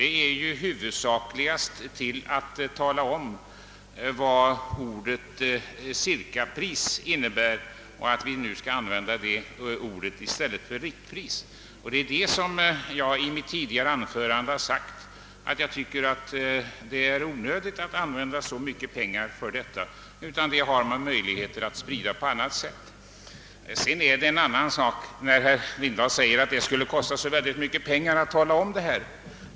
Detta belopp skulle huvudsakligast användas för att tala om vad ordet »cirkapris» innebär och att upplysa att vi nu skall använda detta ord i stället för ordet »riktpris». Jag har i mitt tidigare anförande sagt att jag tycker att det är onödigt att använda så mycket pengar för detta ända mål, när det finns möjlighet att sprida kännedom om detta på annat sätt. Herr Lindahl säger, att det måste kosta mycket pengar att tala om allt detta.